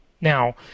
Now